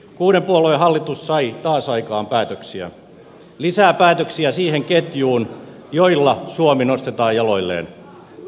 kuuden puolueen hallitus sai taas aikaan päätöksiä lisää sellaisia päätöksiä ketjuun joilla suomi nostetaan jaloilleen